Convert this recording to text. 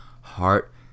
heart